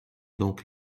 donc